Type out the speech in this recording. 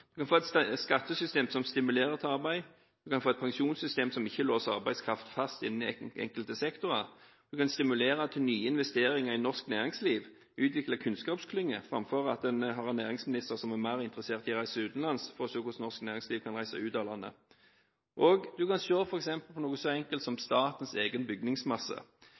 kan få et skattesystem som stimulerer til arbeid. En kan få et pensjonssystem som ikke låser arbeidskraft fast innen de enkelte sektorer. En kan stimulere til nye investeringer i norsk næringsliv og utvikle kunnskapsklynger framfor å ha en næringsminister som er mer interessert i å reise utenlands for å se hvordan norsk næringsliv kan reise ut av landet. Og en kan se på f.eks. noe så enkelt som statens egen bygningsmasse.